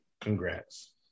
Congrats